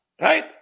right